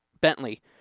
Bentley